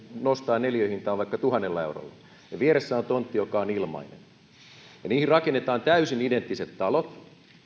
nostaa neliöhintaa vaikka tuhannella eurolla ja vieressä on tontti joka on ilmainen ja niihin rakennetaan täysin identtiset talot